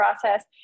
process